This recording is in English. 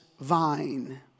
vine